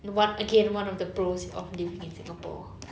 the one again one of the pros of living in singapore